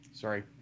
Sorry